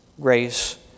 grace